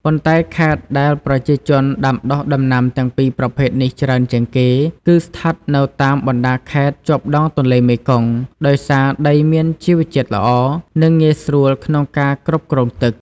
ប៉ុន្តែខេត្តដែលប្រជាជនដាំដុះដំណាំទាំងពីរប្រភេទនេះច្រើនជាងគេ គឺស្ថិតនៅតាមបណ្ដាខេត្តជាប់ដងទន្លេមេគង្គ ដោយសារដីមានជីវជាតិល្អ និងងាយស្រួលក្នុងការគ្រប់គ្រងទឹក។